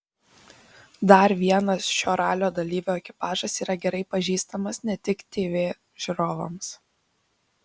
dar vienas šio ralio dalyvių ekipažas yra gerai pažįstamas ne tik tv žiūrovams